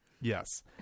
Yes